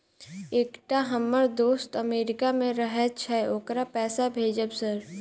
एकटा हम्मर दोस्त अमेरिका मे रहैय छै ओकरा पैसा भेजब सर?